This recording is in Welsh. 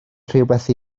rhywbeth